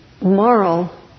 moral